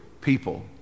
people